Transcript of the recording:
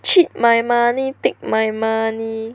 cheat my money take my money